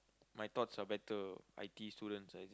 my thoughts are better I_T_E students as in